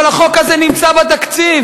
אבל החוק הזה נמצא בתקציב,